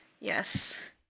Yes